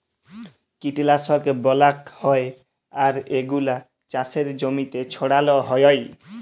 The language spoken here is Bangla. কীটলাশক ব্যলাক হ্যয় আর এগুলা চাসের জমিতে ছড়াল হ্য়য়